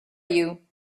you